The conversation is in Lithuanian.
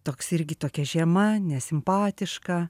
toks irgi tokia žiema nesimpatiška